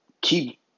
keep